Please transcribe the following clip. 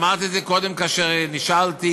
אמרתי את זה קודם כאשר נשאלתי,